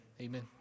Amen